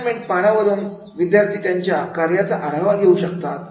assignment पानावरून विद्यार्थी त्यांच्या कार्याचा आढावा घेऊ शकतात